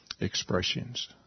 expressions